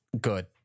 good